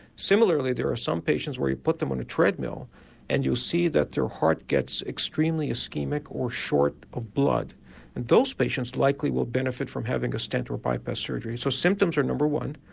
similarly there are some patients where you put them on a treadmill and you will see that their heart gets extremely ischemic or short of blood and those patients likely will benefit from having a stent or a bypass surgery. so symptoms are number one,